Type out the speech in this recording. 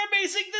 amazing